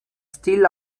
still